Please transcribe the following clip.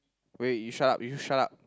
wait you shut up you shut up